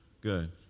Good